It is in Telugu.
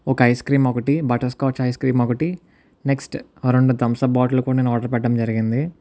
ఒక ఐస్ క్రీమ్ ఒకటి బటర్ స్కాచ్ ఐస్ క్రీమ్ ఒకటి నెక్స్ట్ రెండు థమ్సప్ బాటిల్ కూడా నేను ఆర్డర్ పెట్టడం జరిగింది